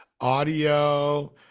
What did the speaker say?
audio